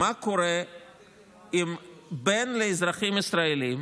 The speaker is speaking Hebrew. מה קורה עם בן לאזרחים ישראלים